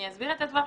אני אסביר את הדברים.